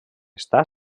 està